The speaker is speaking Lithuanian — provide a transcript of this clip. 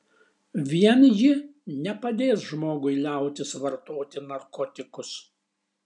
vien ji nepadės žmogui liautis vartoti narkotikus